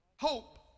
Hope